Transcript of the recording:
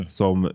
som